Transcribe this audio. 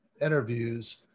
interviews